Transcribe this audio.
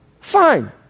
Fine